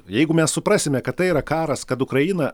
jeigu mes suprasime kad tai yra karas kad ukraina